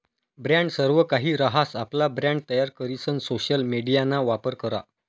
brand सर्वकाहि रहास, आपला ब्रँड तयार करीसन सोशल मिडियाना वापर करा